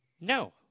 No